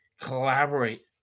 collaborate